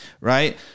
Right